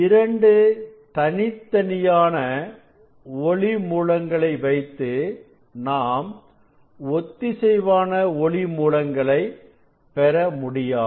இரண்டு தனித்தனியான ஒளி மூலங்களை வைத்து நாம் ஒத்திசைவான ஒளி மூலங்களை பெற முடியாது